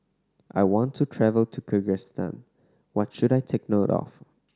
I want to travel to Kyrgyzstan what should I take note of